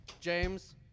James